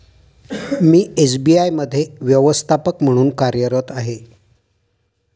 मी SBI मध्ये व्यवस्थापक म्हणून कार्यरत आहे